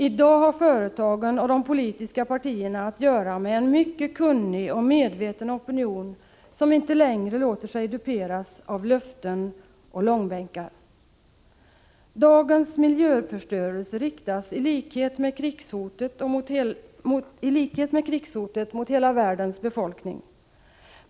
I dag har företagen och de politiska partierna att göra med en mycket kunnig och medveten opinion som inte längre låter sig duperas av löften och långbänkar. Dagens miljöförstörelse riktas i likhet med krigshotet mot hela världens befolkning.